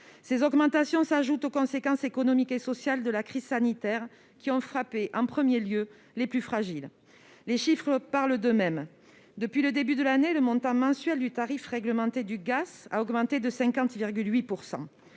Ces augmentations s'ajoutent aux conséquences économiques et sociales de la crise sanitaire qui ont touché en premier lieu les plus fragiles. Les chiffres parlent d'eux-mêmes. Depuis le début de l'année, le montant mensuel du tarif réglementé du gaz a augmenté de 50,8